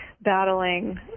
battling